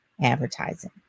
advertising